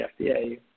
FDA